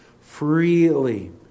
freely